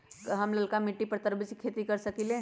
हम लालका मिट्टी पर तरबूज के खेती कर सकीले?